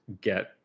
get